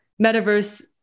metaverse